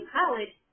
college